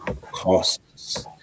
costs